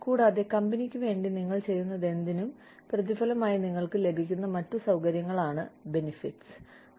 കൂടാതെ കമ്പനിക്ക് വേണ്ടി നിങ്ങൾ ചെയ്യുന്നതെന്തിനും പ്രതിഫലമായി നിങ്ങൾക്ക് ലഭിക്കുന്ന മറ്റ് സൌകര്യങ്ങളാണ് ആനുകൂല്യങ്ങൾ